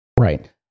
Right